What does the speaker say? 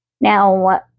Now